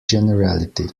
generality